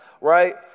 right